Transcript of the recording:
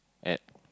at